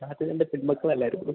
സാർന് രണ്ട് പെൺമക്കളല്ലായിരുന്നോ